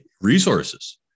resources